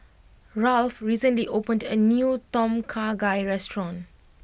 Ralph recently opened a new Tom Kha Gai restaurant